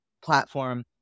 platform